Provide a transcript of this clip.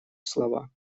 слова